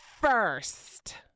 first